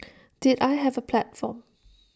did I have A platform